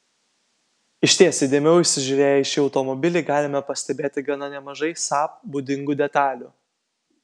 išties įdėmiau įsižiūrėję į šį automobilį galime pastebėti gana nemažai saab būdingų detalių